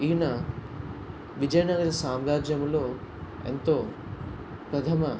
ఈయన విజయనగర సామ్రాజ్యములో ఎంతో ప్రథమ